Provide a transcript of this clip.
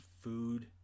food